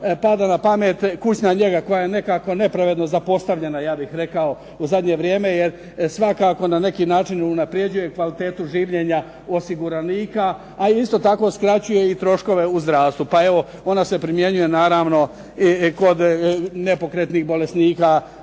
pada na pamet kućna njega koja je nekako nepravedno zapostavljena ja bih rekao u zadnje vrijeme jer svakako na neki način unaprjeđuje kvalitetu življenja osiguranika, ali isto tako skraćuje i troškove u zdravstvu. Pa evo, ona se primjenjuje naravno i kod nepokretnih bolesnika,